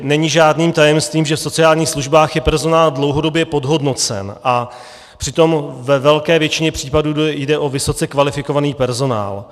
Není žádným tajemstvím, že v sociálních službách je personál dlouhodobě podhodnocen, a přitom ve velké většině případů jde o vysoce kvalifikovaný personál.